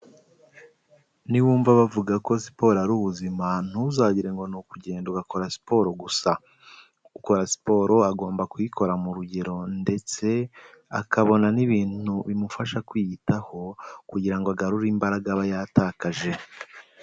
Niwumva bavuga ko siporo ari ubuzima ntuzagire ngo ni ukugenda ugakora siporo gusa. Ukora siporo agomba kuyikora mu rugero ndetse akabona n'ibintu bimufasha kwiyitaho kugira ngo agarure imbaraga aba yatakaje.